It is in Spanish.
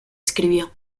escribió